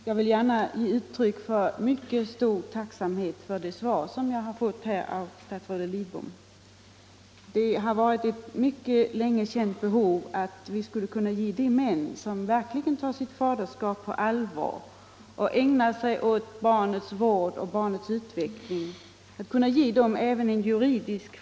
En barnavårdsnämnd har, trots att den efterlevande ogifta fadern enligt nämndens egna uppgifter är i och för sig lämplig, velat ifrågasätta att en annan släkting till barnen skulle kunna komma i fråga som vårdnadshavare. Detta innebär alltså att man sökt föra resonemanget att det vore bättre för barnen att denna tredje person fick vårdnaden.